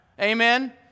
Amen